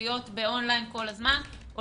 האם לאפשר להם להיות באון-ליין כל הזמן או